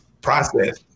process